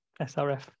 srf